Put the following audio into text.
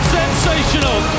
sensational